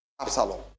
Absalom